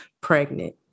pregnant